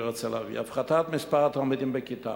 הפחתת מספר התלמידים בכיתה,